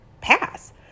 pass